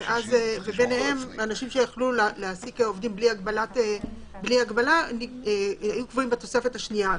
וביניהם אנשים שיכלו להעסיק עובדים בלי הגבלה היו קבועים בתוספת השנייה,